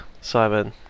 Simon